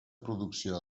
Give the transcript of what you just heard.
producció